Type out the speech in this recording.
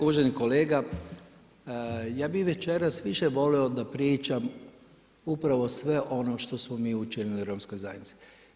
Uvaženi kolega, ja bih večeras više volio da pričam upravo sve ono što smo mi učinili romskoj zajednici.